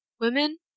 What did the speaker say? Women